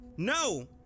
No